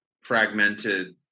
fragmented